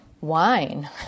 wine